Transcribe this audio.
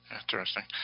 interesting